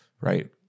right